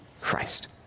Christ